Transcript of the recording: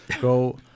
go